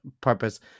purpose